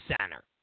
center